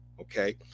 Okay